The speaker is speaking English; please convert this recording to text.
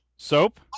Soap